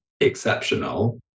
exceptional